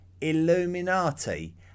Illuminati